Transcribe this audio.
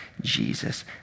Jesus